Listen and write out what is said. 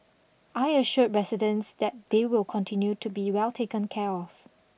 I assured residents that they will continue to be well taken care of